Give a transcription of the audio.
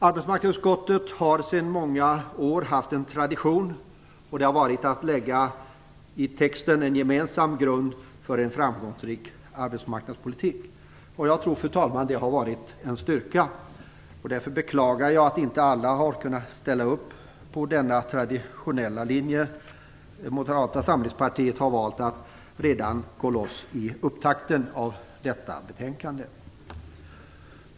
Arbetsmarknadsutskottet har sedan många år haft en tradition att i texten lägga fast en gemensam grund för en framgångsrik arbetsmarknadspolitik. Jag tror, fru talman, att det har varit en styrka. Därför beklagar jag att inte alla har kunnat ställa upp på denna traditionella linje. Moderata samlingspartiet har valt att gå loss redan i upptakten av detta betänkande.